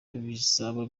bizaba